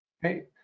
Hey